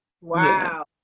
Wow